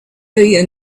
you